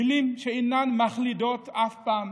מילים שאינן מחלידות אף פעם,